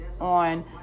on